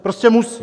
Prostě musí.